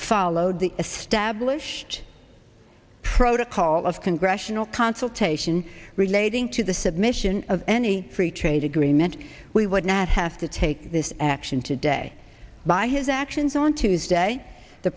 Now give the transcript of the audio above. followed the a stablished protocol of congressional consultation relating to the submission of any free trade agreement we would not have to take this action today by his actions on tuesday the